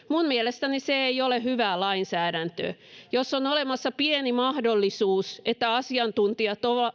minun mielestäni se ei ole hyvää lainsäädäntöä jos on olemassa pieni mahdollisuus että asiantuntijat